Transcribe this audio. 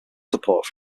support